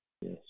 Yes